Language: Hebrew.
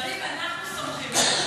יריב, אנחנו סומכים עליך.